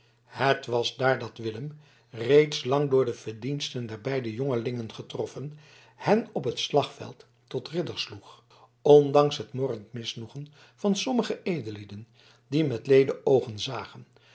het was daar dat willem reeds lang door de verdiensten der beide jongelingen getroffen hen op het slagveld tot ridders sloeg ondanks het morrend misnoegen van sommige edellieden die met leede oogen zagen